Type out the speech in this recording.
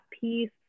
peace